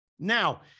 Now